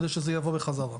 כדי שזה יבוא בחזרה.